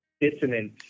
dissonance